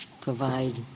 provide